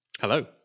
Hello